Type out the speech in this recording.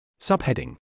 Subheading